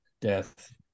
death